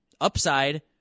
Upside